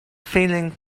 feeling